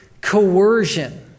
coercion